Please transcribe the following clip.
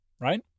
Right